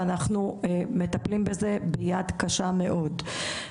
ואנחנו מטפלים בזה ביד קשה מאוד.